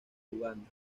uganda